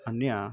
अन्यत्